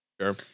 Sure